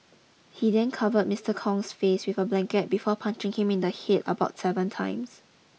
he then covered Mister Kong's face with a blanket before punching him in the hit about seven times